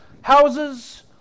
houses